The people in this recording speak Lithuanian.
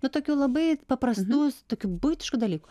nu tokių labai paprastų tokių buitiškų dalykų